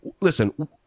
Listen